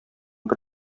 бер